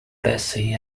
bessie